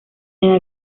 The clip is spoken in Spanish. edad